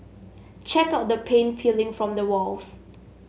check out the paint peeling from the walls